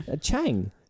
Chang